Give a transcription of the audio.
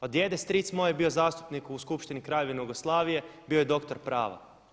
Od djede stric moj je bio zastupnik u Skupštini Kraljevine Jugoslavije, bio je doktor prava.